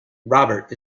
robert